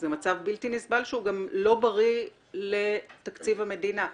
זה מצב בלתי נסבל, שהוא גם לא בריא לתקציב המדינה,